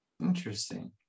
Interesting